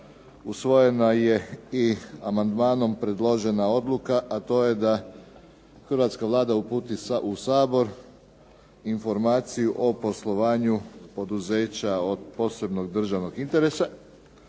usvojena je i amandmanom predložena odluka a to je da Hrvatska vlada uputi u Sabor informaciju o poslovanju poduzeća od posebnog državnog interesa.